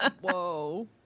Whoa